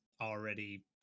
already